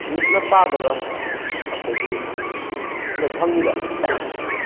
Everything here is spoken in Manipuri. ꯃꯤꯠꯅ ꯄꯥꯕꯒ ꯑꯩꯈꯣꯏꯒꯤꯗ ꯐꯪꯏꯕ